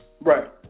Right